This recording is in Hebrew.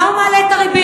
מה הוא מעלה את הריבית,